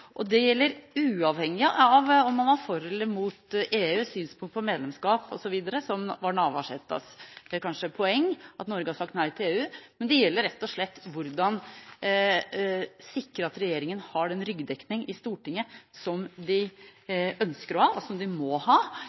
Det gjelder uavhengig av om man er for eller mot EU, synspunkt på medlemskap osv. – som kanskje var Navarsetes poeng, at Norge har sagt nei til EU. Det gjelder rett og slett hvordan en skal sikre at regjeringen har den ryggdekningen i Stortinget som den ønsker å ha, og som den må ha